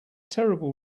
terrible